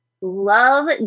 love